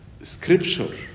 scripture